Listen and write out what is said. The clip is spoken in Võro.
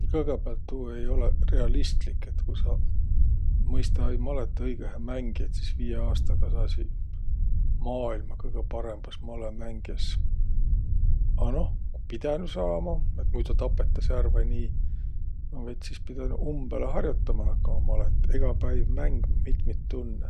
No kõgõpäält tuu olõ-õi realistlik. Et ku sa mõista-ai malõt õigõhe mängiq, et sis viie aastaga saasiq maailma kõgõ parõmbas malõmängjäs. A noh, ku pidänüq saama, et muido tapõtas ärq vai nii, no vet sis pidänüq umbõlõ har'otama nakkama malõt, egä päiv mängmä mitmit tunnõ.